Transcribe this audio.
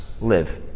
live